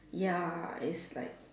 ya it's like